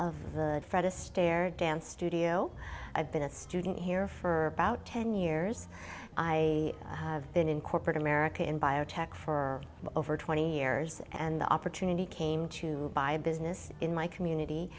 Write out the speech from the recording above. fred astaire dance studio i've been a student here for about ten years i have been in corporate america in biotech for over twenty years and the opportunity came to buy a business in my community